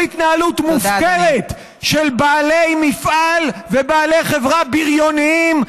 התנהלות מופקרת של בעלי מפעל ובעלי חברה ביריוניים,